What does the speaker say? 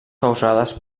causades